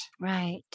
right